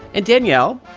and, danielle.